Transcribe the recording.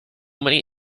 many